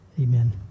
Amen